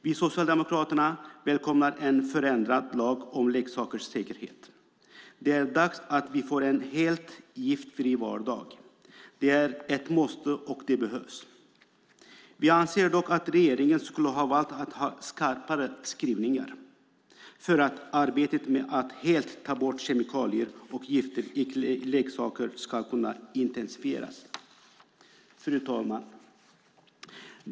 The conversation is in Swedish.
Vi socialdemokrater välkomnar en förändrad lag om leksakers säkerhet. Det är dags att vi får en helt giftfri vardag. Det är ett måste, och det behövs. Vi anser dock att regeringen skulle ha valt att ha skarpare skrivningar för att arbetet med att helt ta bort kemikalier och gifter i leksaker ska kunna intensifieras. Fru talman!